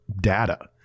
data